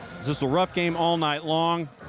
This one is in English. it's it's a rough game all night long.